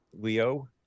Leo